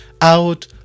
out